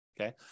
okay